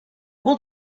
will